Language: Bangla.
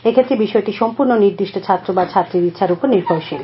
এক্ষেত্রে বিষয়টি সম্পূর্ণ নির্দিষ্ট ছাত্র বা ছাত্রীর ইষ্হার উপর নির্ভরশীল